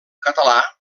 català